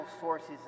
sources